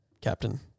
captain